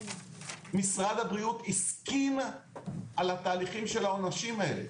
משרד הבריאות הסכים לתהליכים של העונשים האלה.